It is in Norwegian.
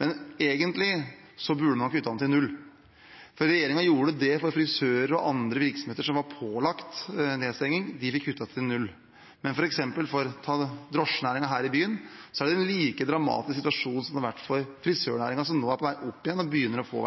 Men egentlig burde man kuttet den til null. Regjeringen gjorde det for frisører og andre virksomheter som var pålagt nedstenging – de fikk kuttet til null – men f.eks. for drosjenæringen her i byen er det en like dramatisk situasjon som det har vært for frisørnæringen, som nå er på vei opp igjen og begynner å få